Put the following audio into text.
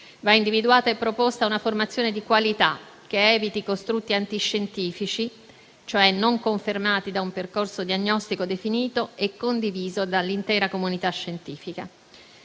Va individuata e proposta una formazione di qualità che eviti costrutti antiscientifici, cioè non confermati da un percorso diagnostico definito e condiviso dall'intera comunità scientifica.